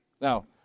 Now